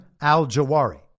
al-Jawari